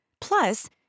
Plus